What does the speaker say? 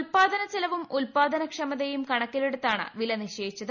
ഉൽപാദന ചെലവും ഉൽപാദന ക്ഷ്മത്യും കണക്കിലെടുത്താണ് വില നിശ്ചയിച്ചത്